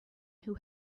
who